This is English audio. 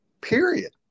Period